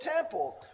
temple